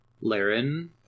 Laren